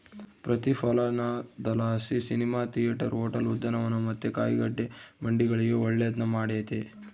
ಪ್ರತಿಫಲನದಲಾಸಿ cinema theatre, hotel, ಉದ್ಯಾನವನ ಮತ್ತೆ ಕಾಯಿಗಡ್ಡೆ ಮಂಡಿಗಳಿಗೆ ಒಳ್ಳೆದ್ನ ಮಾಡೆತೆ